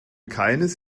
keines